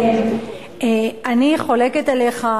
אני חולקת עליך,